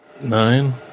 Nine